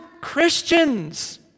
Christians